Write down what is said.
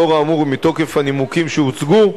לאור האמור, ומתוקף הנימוקים שהוצגו,